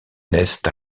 naissent